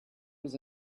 was